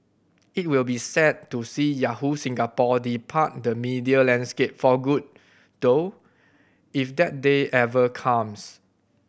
it will be sad to see Yahoo Singapore depart the media landscape for good though if that day ever comes